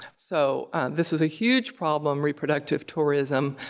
so this is a huge problem, reproductive tourism.